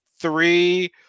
three